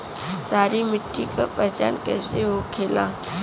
सारी मिट्टी का पहचान कैसे होखेला?